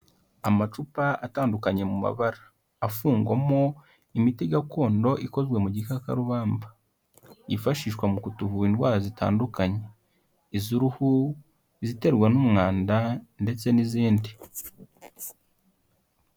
Amacupa atandukanye mu mabara afungwamo imiti gakondo ikozwe mu gikakarubamba yifashishwa mu kutuvura indwara zitandukanye iz'uruhu, iziterwa n'umwanda ndetse n'izindi.